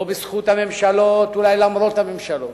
לא בזכות הממשלות ואולי למרות הממשלות,